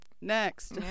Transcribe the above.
Next